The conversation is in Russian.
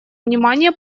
внимание